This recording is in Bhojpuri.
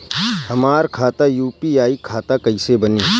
हमार खाता यू.पी.आई खाता कईसे बनी?